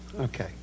Okay